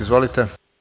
Izvolite.